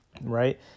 right